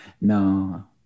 No